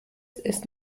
ist